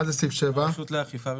הרשות לאכיפה ומקרקעין?